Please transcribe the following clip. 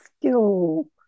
skill